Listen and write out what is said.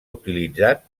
utilitzat